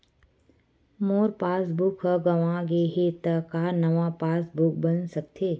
मोर passbook ह गंवा गे हे त का नवा पास बुक बन सकथे?